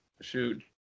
shoot